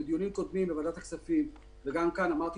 בדיונים קודמים בוועדת הכספים וגם כאן אמרתי